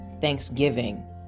thanksgiving